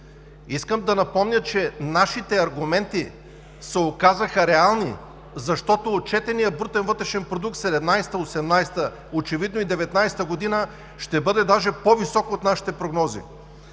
Искам да напомня, че нашите аргументи се оказаха реални, защото отчетеният брутен вътрешен продукт през 2017 г., 2018 г., очевидно и в 2019 г. ще бъде дори по-висок от нашите прогнози.